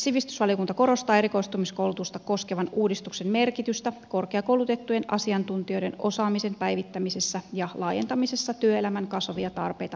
sivistysvaliokunta korostaa erikoistumiskoulutusta koskevan uudistuksen merkitystä korkeakoulutettujen asiantuntijoiden osaamisen päivittämisessä ja laajentamisessa työelämän kasvavia tarpeita vastaavasti